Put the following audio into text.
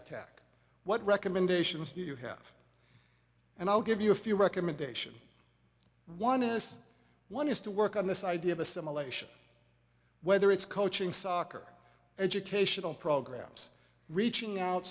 attack what recommendations do you have and i'll give you a few recommendation one of this one is to work on this idea of assimilation whether it's coaching soccer educational programs reaching out